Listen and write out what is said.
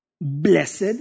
blessed